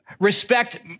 Respect